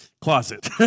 closet